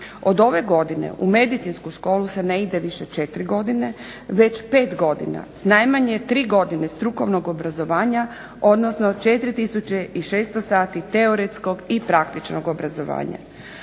Od ove godine u medicinsku školu se ne ide više 4 godine već 5 godina, s najmanje tri godine strukovnog obrazovanja odnosno 4 tisuće i 600 sati teoretskog i praktičnog obrazovanja.